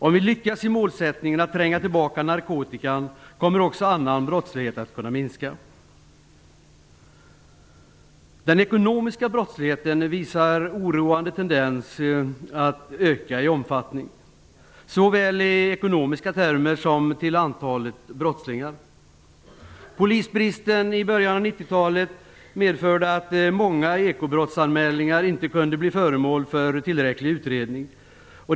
Om vi lyckas med målsättningen att tränga tillbaka narkotikan, kommer också annan brottslighet att kunna minska. Den ekonomiska brottsligheten visar en oroande tendens att öka i omfattning, såväl i ekonomiska termer som i antalet brottslingar. Polisbristen i början av 90-talet medförde att många ekobrottsanmälningar inte kunde bli föremål för tillräcklig utredning.